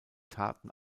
taten